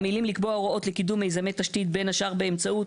המילים "לקבוע הוראות לקידום מיזמי תשתית בין השאר באמצעות",